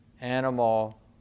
animal